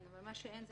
מה שאין זה